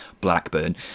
Blackburn